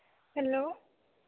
hello